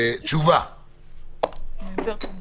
תשובה בבקשה.